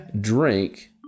drink